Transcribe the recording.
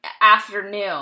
afternoon